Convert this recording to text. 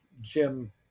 jim